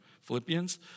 Philippians